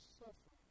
suffer